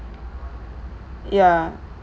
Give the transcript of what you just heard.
ya